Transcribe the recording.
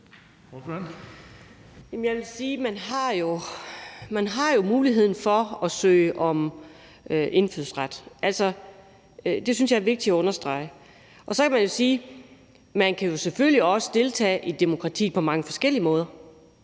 Jeg vil sige, at man jo har muligheden for at søge om indfødsret. Det synes jeg er vigtigt at understrege. Så kan man jo sige, at man selvfølgelig også kan deltage i demokratiet på mange forskellige måder: